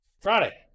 Friday